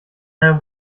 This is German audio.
ein